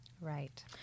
Right